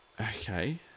okay